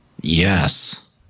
Yes